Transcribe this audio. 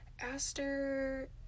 Aster